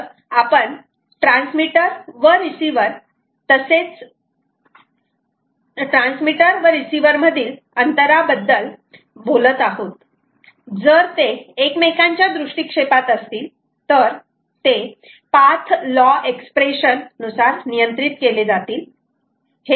तर आपण ट्रान्समीटर व रिसीवर आणि तसेच ट्रान्समीटर व रिसीवर मधील अंतरा बद्दल बोलत आहोत जर ते एकमेकांच्या दृष्टिक्षेपात असतील तर ते पाथ लॉ एक्स्प्रेशन नुसार नियंत्रित केले जाईल